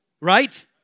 right